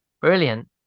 Brilliant